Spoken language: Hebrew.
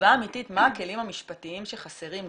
חשיבה אמתית, מה הכלים המשפטיים שחסרים.